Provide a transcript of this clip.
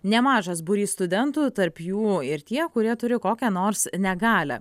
nemažas būrys studentų tarp jų ir tie kurie turi kokią nors negalią